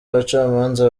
abacamanza